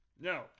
No